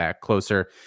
closer